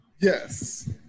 yes